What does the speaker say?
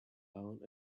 down